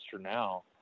now